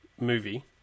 movie